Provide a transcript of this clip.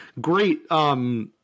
Great